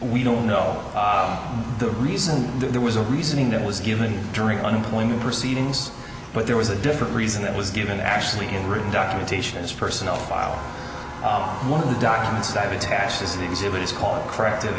we don't know the reason there was a reasoning that was given during unemployment proceedings but there was a different reason that was given actually in written documentation as personnel file one of the documents that attached is the exhibit is called corrective